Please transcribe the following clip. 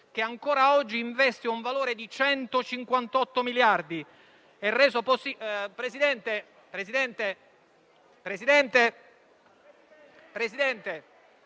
che ancora oggi investe un valore di 158 miliardi.